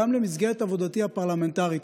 גם במסגרת עבודתי הפרלמנטרית,